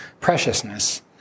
preciousness